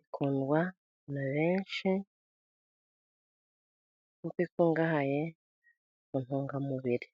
ikundwa na benshi kuko ikungahaye ku ntungamubiri.